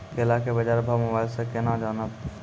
केला के बाजार भाव मोबाइल से के ना जान ब?